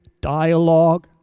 dialogue